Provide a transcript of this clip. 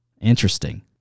interesting